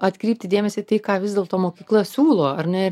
atkreipti dėmesį į tai ką vis dėlto mokykla siūlo ar ne ir